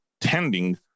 tending